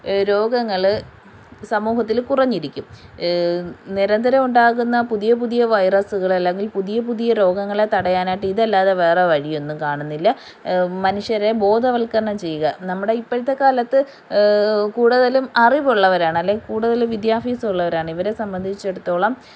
രോഗങ്ങൾ സമൂഹത്തിൽ കുറഞ്ഞിരിക്കും നിരന്തരം ഉണ്ടാകുന്ന പുതിയ പുതിയ വൈറസുകൾ അല്ലെങ്കിൽ പുതിയ പുതിയ രോഗങ്ങളെ തടയാൻ ആയിട്ട് ഇതല്ലാതെ വേറെ വഴിയൊന്നും കാണുന്നില്ല മനുഷ്യരെ ബോധവൽക്കരണം ചെയ്യുക നമ്മുടെ ഇപ്പോഴത്തെക്കാലത്ത് കൂടുതലും അറിവുള്ളവരാണ് അല്ലെങ്കിൽ കൂടുതലും വിദ്യാഭ്യാസം ഉള്ളവരാണ് ഇവരെ സംബന്ധിച്ചെടുത്തോളം